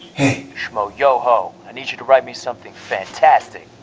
hey, schmoyoho i need you to write me something fantastic.